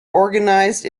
organized